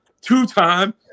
two-time